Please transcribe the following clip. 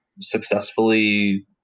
successfully